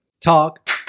talk